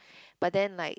but then like